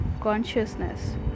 consciousness